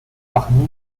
parmi